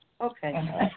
okay